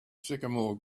sycamore